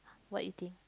what you think